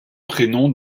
prénoms